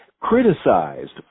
criticized